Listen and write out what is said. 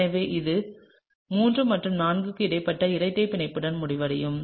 எனவே இது 3 மற்றும் 4 க்கு இடையில் இரட்டை பிணைப்புடன் முடிவடையும்